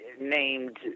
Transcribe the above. named